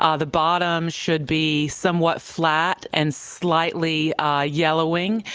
ah the bottom should be somewhat flat and slightly ah yellowing.